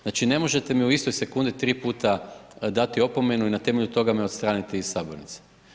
Znači, ne možete mi u istoj sekundi tri puta dati opomenu i na temelju toga me odstraniti iz Sabornice.